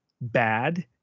bad